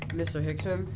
mr. hickson,